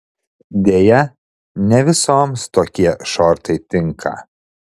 deja ne visoms tokie šortai tinka